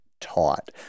taught